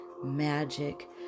magic